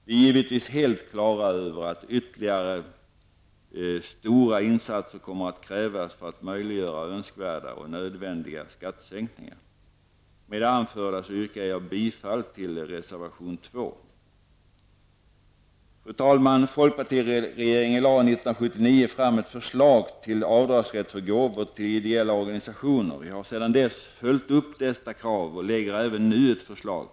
Vi är givetvis helt på det klara med att ytterligare stora insatser kommer att krävas för att möjliggöra önskvärda och nödvändiga skattesänkningar. Med det anförda yrkar jag bifall till reservation 2. Fru talman! Folkpartiregeringen lade 1979 fram ett förslag till avdragsrätt för gåvor till ideella organisationer. Vi har sedan dess följt upp detta krav och lägger även nu fram ett förslag.